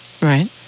Right